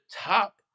top